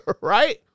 Right